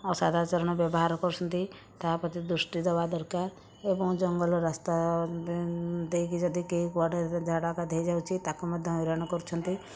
ଅସଦାଚାରଣ ବ୍ୟବହାର କରୁଛନ୍ତି ତା ପ୍ରତି ଦୃଷ୍ଟି ଦବା ଦରକାର ଏବଂ ଜଙ୍ଗଲ ରାସ୍ତା ଦେଇକି ଯଦି କେହି କୁଆଡ଼େ ଝାଡ଼ା ଗାଧେଇ ଯାଉଛି ତାକୁ ମଧ୍ୟ ହଇରାଣ କରୁଛନ୍ତି